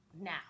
now